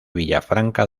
villafranca